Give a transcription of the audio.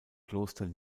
kloster